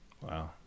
Wow